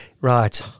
Right